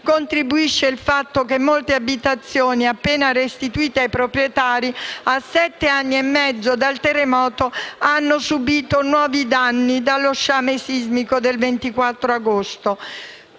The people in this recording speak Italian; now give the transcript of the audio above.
contribuisce anche il fatto che molte abitazioni aquilane, appena restituite ai proprietari a sette anni e mezzo dal terremoto, hanno subìto dei nuovi danni dallo sciame sismico del 24 agosto